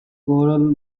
choral